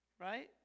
Right